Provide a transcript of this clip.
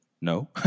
no